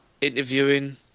interviewing